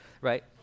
right